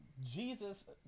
Jesus